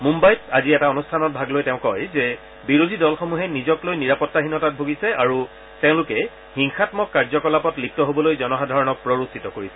মুম্বাইত আজি এটা অনুষ্ঠানত ভাগ লৈ তেওঁ কয় যে বিৰোধী দলসমূহে নিজক লৈ নিৰাপত্তাহীনতাত ভুগিছে আৰু তেওঁলোকে হিংসামক কাৰ্যকলাপত লিপ্ত হবলৈ জনসাধাৰণক প্ৰৰোচিত কৰিছে